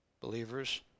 Believers